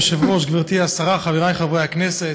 אדוני היושב-ראש, גברתי השרה, חברי חברי הכנסת,